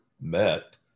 met